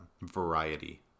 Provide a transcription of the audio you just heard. variety